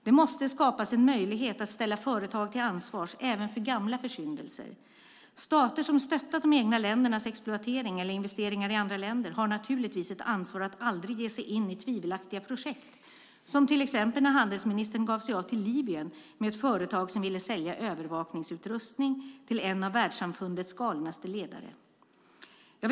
Det måste skapas möjligheter att ställa företag till svars även för gamla försyndelser. Stater som stöttar exploatering eller investeringar i andra länder har naturligtvis ett ansvar att aldrig ge sig in i tvivelaktiga projekt, som när handelsministern gav sig av till Libyen med ett företag som ville sälja övervakningsutrustning till en av världssamfundets galnaste ledare.